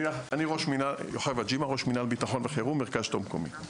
אני ראש מינהל ביטחון וחירום במרכז שלטון מקומי.